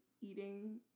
eating